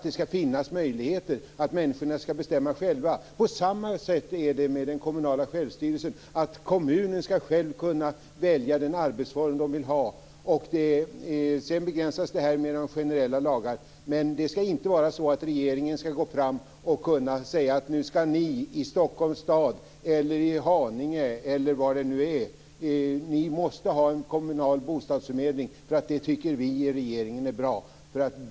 Det ska finnas möjligheter för människorna att bestämma själva. På samma sätt är det med den kommunala självstyrelsen, dvs. att kommunen ska själv kunna välja den arbetsform den vill ha. Det sker en begränsning genom generella lagar, men regeringen ska inte kunna säga att ni i Stockholms stad eller i Haninge ska ha en kommunal bostadsförmedling därför att regeringen tycker att det är bra.